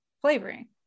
flavoring